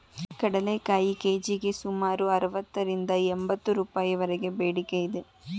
ಕಡಲೆಕಾಯಿ ಕೆ.ಜಿಗೆ ಸುಮಾರು ಅರವತ್ತರಿಂದ ಎಂಬತ್ತು ರೂಪಾಯಿವರೆಗೆ ಬೇಡಿಕೆ ಇದೆ